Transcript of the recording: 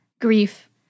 grief